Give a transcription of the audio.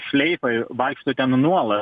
šleifai vaikšto ten nuolat